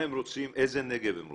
איזה נגב הם רוצים?